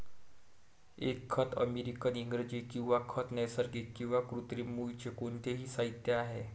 एक खत अमेरिकन इंग्रजी किंवा खत नैसर्गिक किंवा कृत्रिम मूळचे कोणतेही साहित्य आहे